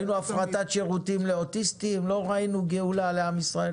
הייתה הפרטת שירותים לאוטיסטים ולא ראינו גאולה לעם ישראל.